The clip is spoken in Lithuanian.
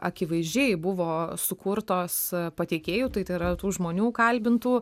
akivaizdžiai buvo sukurtos pateikėjų tai tai yra tų žmonių kalbintų